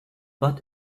but